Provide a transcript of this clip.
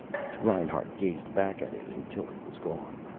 reinhart gazed back at it until it was gone.